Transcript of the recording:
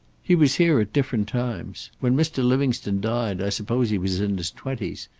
he was here at different times. when mr. livingstone died i suppose he was in his twenties.